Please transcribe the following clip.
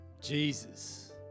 Jesus